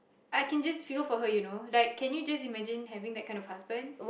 I can just feel for her you know like can you just imagine having that kind of husband